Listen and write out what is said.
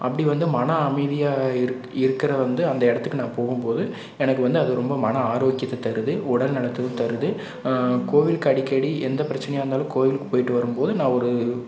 அப்படி வந்து மன அமைதியாக இருக் இருக்கிற வந்து அந்த இடத்துக்கு நான் போகும் போது எனக்கு வந்து அது ரொம்ப மன ஆரோக்கியத்தை தருது உடல் நலத்தையும் தருது கோவில்க்கு அடிக்கடி எந்த பிரச்சனையாகருந்தாலும் கோயிலுக்கு போயிவிட்டு வரும் போது நான் ஒரு